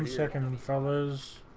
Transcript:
um second and summer's.